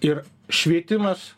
ir švietimas